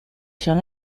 john